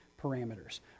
parameters